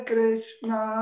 Krishna